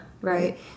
Right